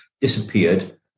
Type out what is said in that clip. disappeared